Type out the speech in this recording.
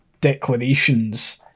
declarations